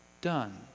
done